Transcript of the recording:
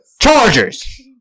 Chargers